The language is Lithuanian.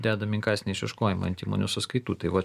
dedami inkasiniai išieškojimai ant įmonių sąskaitų tai va